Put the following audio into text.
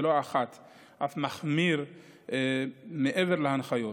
ולא אחת אף מחמירים מעבר להנחיות.